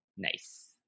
nice